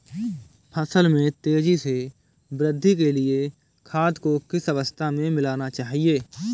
फसल में तेज़ी से वृद्धि के लिए खाद को किस अवस्था में मिलाना चाहिए?